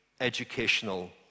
educational